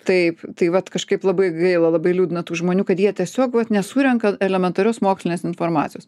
taip tai vat kažkaip labai gaila labai liūdna tų žmonių kad jie tiesiog vat nesurenka elementorius mokslinės informacijos